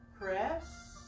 Press